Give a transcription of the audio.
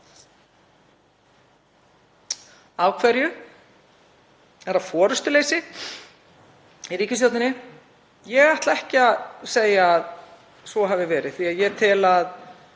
hverju? Er það forystuleysi í ríkisstjórninni? Ég ætla ekki að segja að svo hafi verið því ég tel að